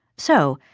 so,